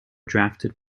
drafted